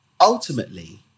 ultimately